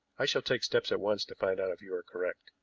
i shall take steps at once to find out if you are correct.